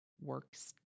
works